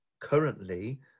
Currently